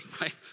right